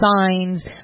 signs